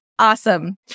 Awesome